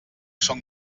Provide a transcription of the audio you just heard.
són